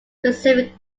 specific